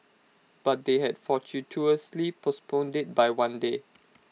but they had fortuitously postponed IT by one day